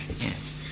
yes